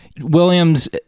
Williams